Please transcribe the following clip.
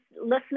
listening